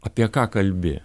apie ką kalbi